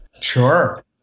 Sure